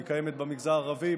היא קיימת במגזר הערבי,